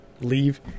leave